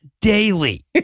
Daily